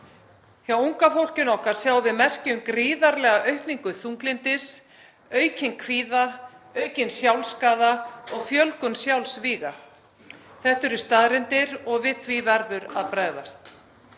Hjá unga fólkinu okkar sjáum við merki um gríðarlega aukningu þunglyndis, aukinn kvíða, aukinn sjálfsskaða og fjölgun sjálfsvíga. Þetta eru staðreyndir og við því verður að bregðast.